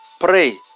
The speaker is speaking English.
pray